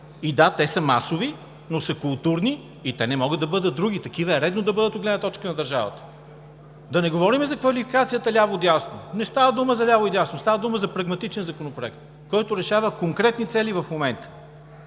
Да, те са масови, но са културни и те не могат да бъдат други – такива е редно да бъдат от гледна точка на държавата. Да не говорим за квалификацията ляво-дясно. Не става дума за ляво и дясно, а става дума за прагматичен законопроект, който решава конкретни цели в момента.